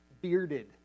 bearded